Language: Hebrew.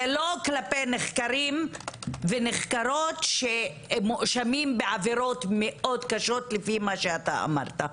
זה לא כלפי נחקרים ונחקרות שמואשמים בעבירות מאוד קשות לפי מה שאמרת.